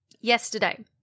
yesterday